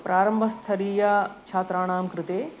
प्रारम्भस्थरीय छात्राणां कृते